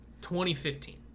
2015